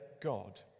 God